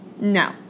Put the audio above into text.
No